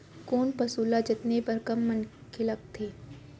कोन पसु ल जतने बर कम मनखे लागथे?